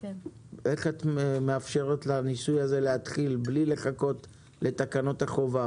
איך את מאפשרת לניסוי הזה להתחיל בלי לחכות לתקנות החובה,